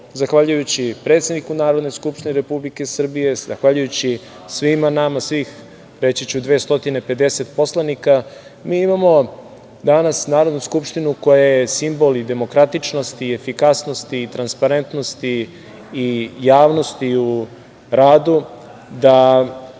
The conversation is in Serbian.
zahvaljujući predsedniku Narodne skupštine Republike Srbije, zahvaljujući svima nama, svih 250 poslanika, mi imamo danas Narodnu skupštinu koja je simbol i demokratičnosti i efikasnosti i transparentnosti i javnosti u radu, da